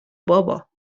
بابا